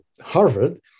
Harvard